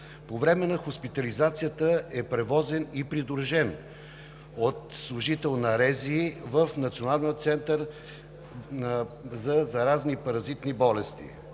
По време на хоспитализацията е превозен и придружен от служител на РЗИ в Националния център за заразни и паразитни болести.